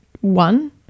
one